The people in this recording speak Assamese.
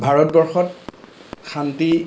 ভাৰতবৰ্ষত শান্তি